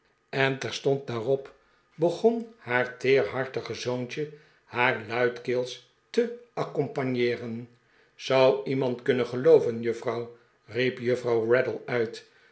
en terstond daarop begon dodson en fogg hebben belangrijk nieuws haar teerhartige zoontje haar luidkeels te accompagneeren zou iemand kunnen gelooven juffrouw riep juffrouw raddle uit